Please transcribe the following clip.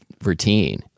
routine